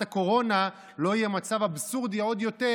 הקורונה לא יהיה מצב אבסורדי עוד יותר,